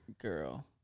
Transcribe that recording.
girl